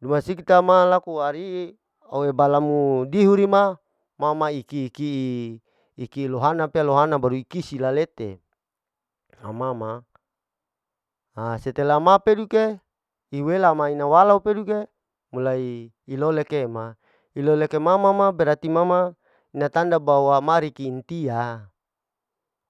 duma sikitama laku ari'i oi balamu durihuma, ma ma iki, iki iki lohana pea baru lohana baru ikisi lohete ama ma, ha setelah ma peduke iwela ina walau peduke mulai ilolke ma, ilolke ke ma ma ma berarti ma ma na tanda bawa marikintia.